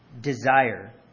desire